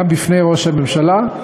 וגם בפני ראש הממשלה.